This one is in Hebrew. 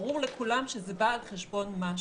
ברור לכולם שזה בא על חשבון משהו.